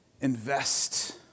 Invest